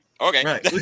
okay